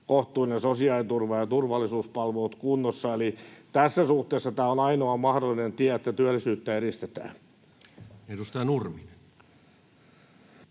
kohtuullinen sosiaaliturva ja turvallisuuspalvelut kunnossa. Eli tässä suhteessa tämä on ainoa mahdollinen tie, että työllisyyttä edistetään. [Speech